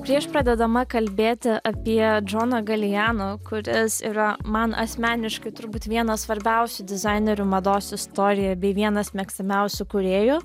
prieš pradėdama kalbėti apie džoną galijano kuris yra man asmeniškai turbūt vienas svarbiausių dizainerių mados istorijoj bei vienas mėgstamiausių kūrėjų